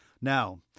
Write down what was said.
Now